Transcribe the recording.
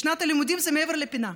ושנת הלימודים מעבר לפינה.